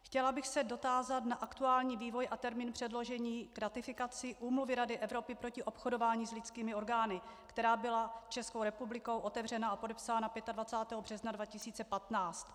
Chtěla bych se dotázat na aktuální vývoj a termín předložení k ratifikaci Úmluvy Rady Evropy proti obchodování s lidskými orgány, která byla Českou republikou otevřena a podepsána 25. března 2015.